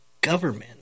government